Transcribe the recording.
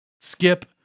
skip